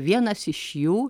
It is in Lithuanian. vienas iš jų